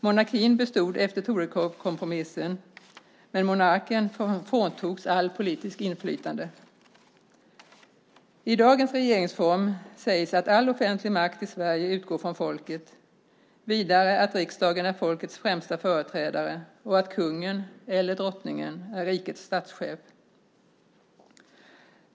Monarkin bestod efter Torekovskompromissen, men monarken fråntogs allt politiskt inflytande. I dagens regeringsform sägs att all offentlig makt i Sverige utgår från folket, vidare att riksdagen är folkets främsta företrädare och att kungen - eller drottningen - är rikets statschef.